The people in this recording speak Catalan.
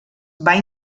van